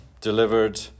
delivered